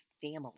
family